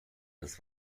des